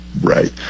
Right